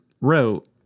wrote